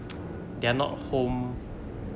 they are not home